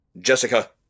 Jessica